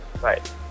Right